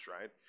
right